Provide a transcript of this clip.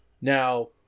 now